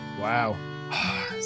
wow